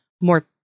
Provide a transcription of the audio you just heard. more